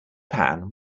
pan